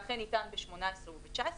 ואכן ניתן ב-2018 וב-2019,